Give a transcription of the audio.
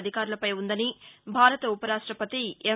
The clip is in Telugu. అధికారులపై ఉందని భారత ఉపరాష్టపతి ఎం